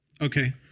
Okay